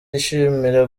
yishimira